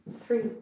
three